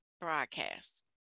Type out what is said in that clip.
broadcast